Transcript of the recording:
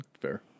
Fair